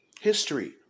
History